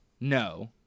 No